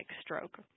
stroke